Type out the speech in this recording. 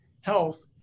Health